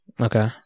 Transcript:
Okay